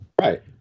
Right